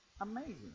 amazing